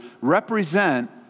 represent